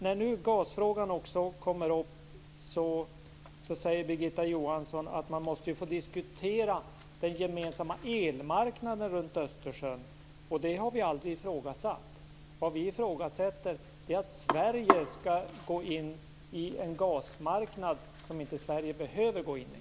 När nu gasfrågan också kommer upp säger Birgitta Johansson att man måste få diskutera den gemensamma elmarknaden runt Östersjön. Det har vi aldrig ifrågasatt. Vi har ifrågasatt att Sverige skall gå in i en gasmarknad som inte Sverige behöver gå in i.